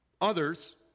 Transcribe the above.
Others